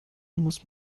muss